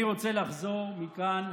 אני רוצה לחזור מכאן